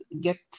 get